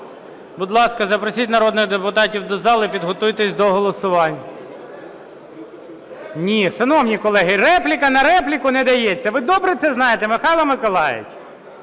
Будь ласка, запросіть народних депутатів до зали, підготуйтесь до голосування. (Шум у залі) Ні, шановні колеги, репліка на репліку не дається. Ви добре це знаєте, Михайло Миколайович!